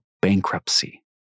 bankruptcy